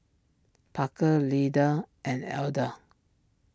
Parker Lyda and Elda